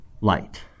light